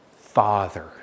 Father